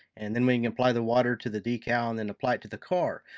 and then we can apply the water to the decal and then apply it to the car,